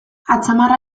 atzamarra